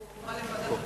והיא הועברה לוועדת,